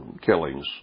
killings